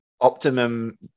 optimum